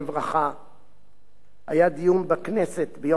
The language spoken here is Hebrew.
היה דיון בכנסת ביום כ"ח בתמוז תשל"ח,